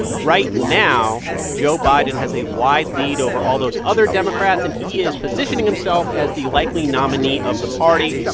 right now, joe biden has a wide lead over all those other democrats, and he is positioning himself as the likely nominee of the party.